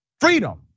Freedom